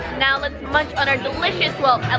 now let's munch on our delicious, well, ah